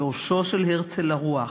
יורשו של הרצל לרוח,